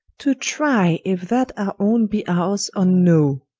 to try if that our owne be ours, or no